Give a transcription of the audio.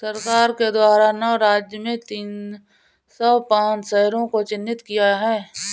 सरकार के द्वारा नौ राज्य में तीन सौ पांच शहरों को चिह्नित किया है